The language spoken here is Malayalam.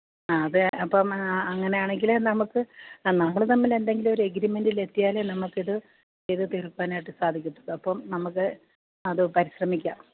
ആ അത് അപ്പം അങ്ങനെയാണെങ്കിൽ നമുക്ക് ആ നമ്മൾ തമ്മിൽ എന്തെങ്കിലും ഒരു എഗ്രിമെൻറ്റിലെത്തിയാലെ നമുക്ക് ഇത് ഇത് തീർക്കാനായിട്ട് സാധിക്കത്തുള്ളു അപ്പം നമുക്ക് അത് പരിശ്രമിക്കാം